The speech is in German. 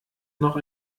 noch